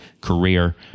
career